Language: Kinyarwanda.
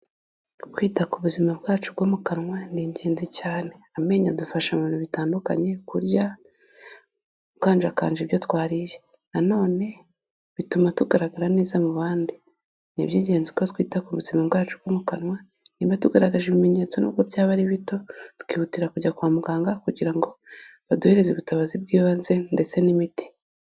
Kwita ku buzima bwacu bwo mu kanwa ni ingenzi cyane. Amenyo adufasha mu bintu bitandukanye kurya, gukanjakanja ibyo twariye. Na none bituma tugaragara neza mu bandi. Ni iby'ingenzi ko twita ku buzima bwacu bwo mu kanwa, niba tugaragaje ibimenyetso nubwo byaba ari bito, tukihutira kujya kwa muganga kugira ngo baduhehereze ubutabazi bw'ibanze ndetse n'imiti.